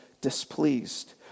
displeased